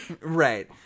right